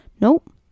Nope